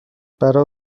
برا